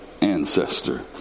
ancestor